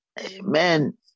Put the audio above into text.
Amen